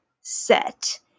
set